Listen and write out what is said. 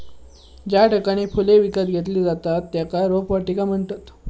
ज्या ठिकाणी फुले विकत घेतली जातत त्येका रोपवाटिका म्हणतत